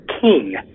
King